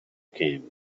came